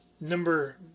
Number